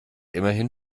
immerhin